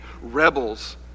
rebels